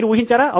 మీరు ఊహించారా